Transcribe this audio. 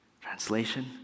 Translation